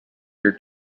your